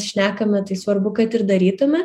šnekame tai svarbu kad ir darytume